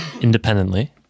independently